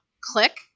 click